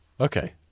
Okay